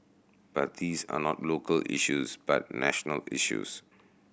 but these are not local issues but national issues